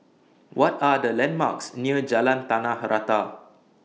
What Are The landmarks near Jalan Tanah Rata